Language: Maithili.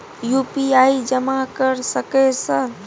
यु.पी.आई जमा कर सके सर?